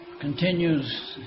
continues